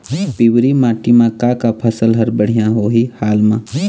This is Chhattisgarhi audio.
पिवरी माटी म का का फसल हर बढ़िया होही हाल मा?